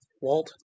Walt